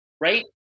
Right